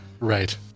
Right